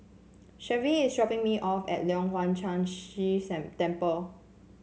Shelvie is dropping me off at Leong Hwa Chan Si Temple